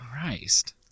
Christ